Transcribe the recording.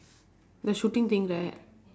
the shooting thing there